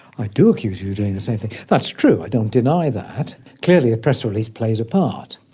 i do accuse you of doing the same thing. that's true, i don't deny that. clearly a press release plays a part.